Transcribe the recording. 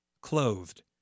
clothed